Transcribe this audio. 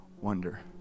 wonder